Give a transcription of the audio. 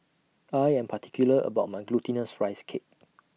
I Am particular about My Glutinous Rice Cake